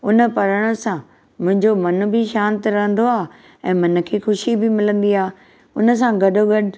उन पढ़णु सां मुंहिंजो मन बि शांति रहंदो आहे ऐं मन खे ख़ुशी बि मिलंदी आहे उन सां गॾो गॾु